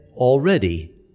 Already